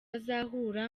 azahura